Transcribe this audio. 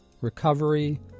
recovery